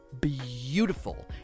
beautiful